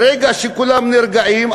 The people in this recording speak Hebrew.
ברגע שכולם נרגעים,